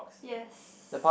yes